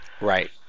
Right